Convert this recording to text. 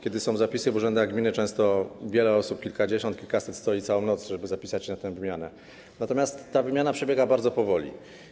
Kiedy są zapisy w urzędach gminy, często wiele osób, kilkadziesiąt, kilkaset, stoi całą noc, żeby zapisać się na tę wymianę, natomiast ta wymiana przebiega bardzo powoli.